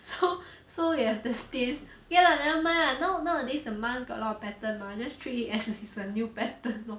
so so you have the stain okay lah never mind lah now nowadays the mask got a lot of pattern mah just treat it as it's a new pattern lor